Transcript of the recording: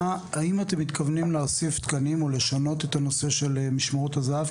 האם אתם מתכוונים להוסיף תקנים או לשנות את הנושא של משמרות הזהב?